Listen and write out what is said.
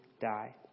die